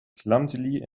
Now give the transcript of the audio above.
clumsily